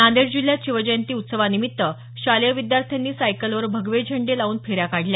नांदेड जिल्ह्यात शिवजयंती ऊत्सवानिमित्त शालेय विद्यार्थ्यांनी सायकलवर भगवे झेंडे लावून फेऱ्या काढल्या